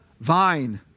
vine